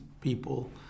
people